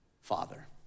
Father